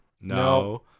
No